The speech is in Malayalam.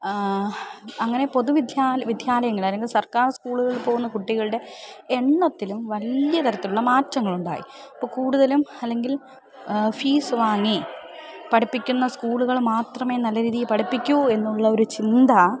അങ്ങനെ പൊതുവിദ്യ വിദ്യാലയങ്ങൾ അല്ലെങ്കിൽ സർക്കാർ സ്കൂളുകിൽ പോകുന്ന കുട്ടികളുടെ എണ്ണത്തിലും വല്യ തരത്തിലുള്ള മാറ്റങ്ങളുണ്ടായി ഇപ്പം കൂടുതലും അല്ലെങ്കിൽ ഫീസ് വാങ്ങി പഠിപ്പിക്കുന്ന സ്കൂളുകൾ മാത്രമേ നല്ല രീതിയിൽ പഠിപ്പിക്കൂ എന്നുള്ള ഒരു ചിന്ത